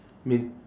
main~